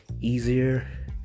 easier